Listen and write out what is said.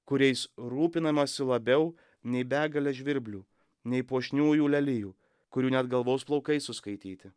kuriais rūpinamasi labiau nei begale žvirblių nei puošniųjų lelijų kurių net galvos plaukai suskaityti